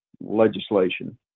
legislation